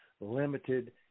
limited